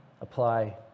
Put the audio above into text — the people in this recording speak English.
apply